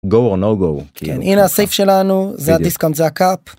go או no go כאילו הנה הsafe שלנו זה הdiscount זה הקאפ.